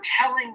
telling